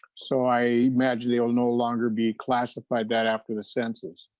so i imagine he'll no longer be classified that after the census.